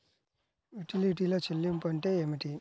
యుటిలిటీల చెల్లింపు అంటే ఏమిటి?